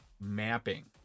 mapping